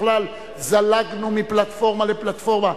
בכלל זלגנו מפלטפורמה לפלטפורמה.